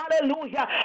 hallelujah